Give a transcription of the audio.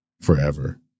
forever